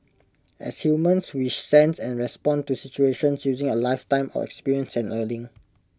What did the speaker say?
as humans we sense and respond to situations using A lifetime of experience and learning